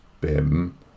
BIM